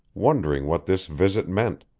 wondering what this visit meant,